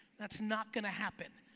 that's not gonna happen.